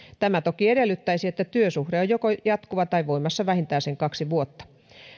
tämä toki edellyttäisi että työsuhde on joko jatkuva tai voimassa vähintään sen kaksi vuotta